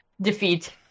defeat